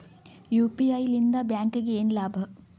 UPI ಲಿಂದ ಬ್ಯಾಂಕ್ಗೆ ಏನ್ ಲಾಭ?